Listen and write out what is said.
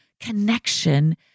connection